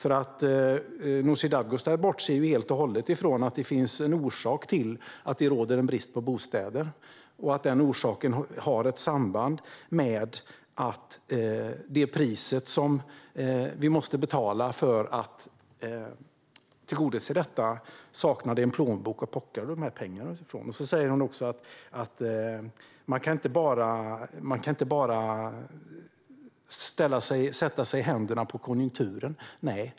Nooshi Dadgostar bortser helt och hållet från att det finns en orsak till att det råder brist på bostäder och att den orsaken har ett samband med att det saknas en plånbok att plocka pengar ur för att betala priset för att tillgodose detta. Hon säger också att man inte bara kan sätta sig i händerna på konjunkturen.